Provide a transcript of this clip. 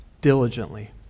diligently